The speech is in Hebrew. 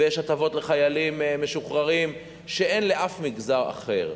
ויש הטבות לחיילים משוחררים שאין לאף מגזר אחר.